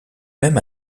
même